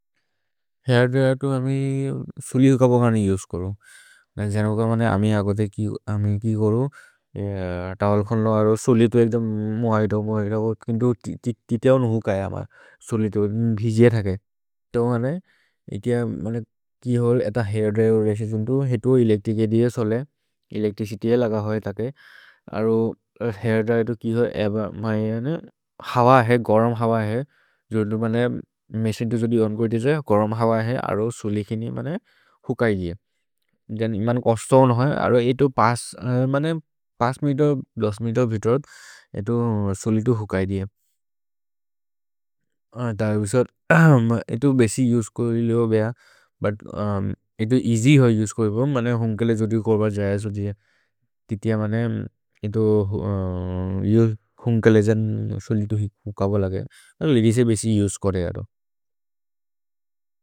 Hair dryer तु अमि सुलित् कप घनि उसे करो न जन कप मने अमि अगते कि करो तवल् खन् लवरो। सुलित् वेल्दुम् मोहैतो मोहैतो किन्तु तित्यौन् हूक् अय अम सुलित् वेल्दुम् भिज्ये थके तो घने इतिय मने। कि होल् ऐत हैर्द्र्येर् रेसि छुन्तु हितु एलेच्त्रिच् एद्स् होले एलेच्त्रिचित्य् ये लग होये तके अरु हैर्द्र्येर्। तु कि होल् एब मये यने हव हहे, गरम् हव हहे जोदु मने मेसि तु जोदि ओन्को इति जो गरम् हव हहे। अरु सुलित् किनि मने हूक् अये दिये जनि मने कोस्तोन् होये अरु एतो पास् मने पास् मितो दोस् मितो भितोद् एतो। सुलित् तु हूक् अये दिये ऐत सो एतो बेसि उसे को लियो बेह बुत् एतो एअस्य् होये उसे को लियो मने हुन्केले जोदि कोर्ब। जय सोजिये तित्य मने एतो यु हुन्केले जन् सुलित् तु हूक् अव लगे लदिस् ए बेसि उसे कोरे एतो।